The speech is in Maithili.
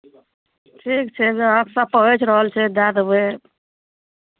ठीक छै ग्राहकसभ पहुँच रहल छै दए देबै